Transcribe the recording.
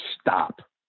stop